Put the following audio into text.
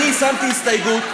אני שמתי הסתייגות,